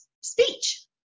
speech